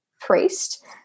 priest